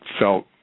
felt